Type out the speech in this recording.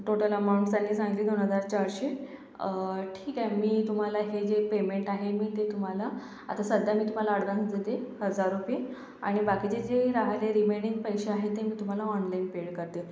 total amount त्यांनी सांगितली दोन हजार चारशे ठीक आहे मी तुम्हाला हे जे पेमेंट आहे मी ते तुम्हाला आता सध्या मी तुम्हाला आडवान्स देते हजार रुपये आणि बाकीचे जे राहिले रिमेनिंग पैसे आहेत ते मी तुम्हाला ऑनलाइन पेड करते